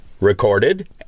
recorded